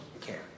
care